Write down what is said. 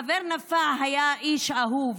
החבר נפאע היה איש אהוב